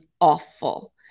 awful